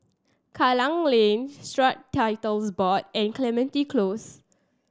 Klang Lane Strata Titles Board and Clementi Close